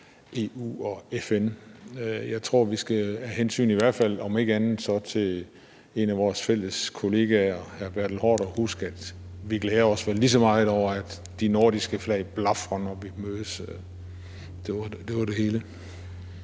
EU og FN. Jeg tror, at vi – om ikke andet – af hensyn til en af vores fælles kollegaer, hr. Bertel Haarder, skal huske, at vi vel glæder os lige så meget over, at de nordiske flag blafrer, når vi mødes. Det var det hele.